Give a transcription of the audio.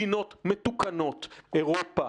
מדינות מתוקנות אירופה,